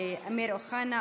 אמיר אוחנה,